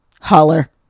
Holler